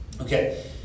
okay